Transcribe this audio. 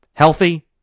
Healthy